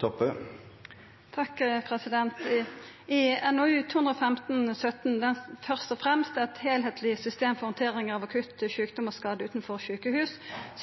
Toppe – til oppfølgingsspørsmål. I NOU 2015: 17 «Først og fremst. Et helhetlig system for håndtering av akutte sykdommer og skader utenfor sykehus»